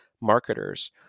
marketers